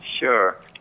Sure